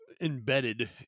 embedded